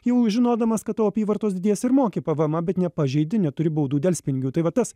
jau žinodamas kad tavo apyvartos didės ir moki pvmą bet nepažeidi neturi baudų delspinigių tai va tas